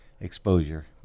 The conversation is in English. exposure